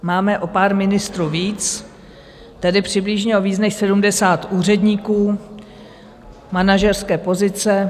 Máme o pár ministrů víc, tedy přibližně o víc než 70 úředníků, manažerské pozice.